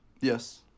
Yes